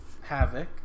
Havoc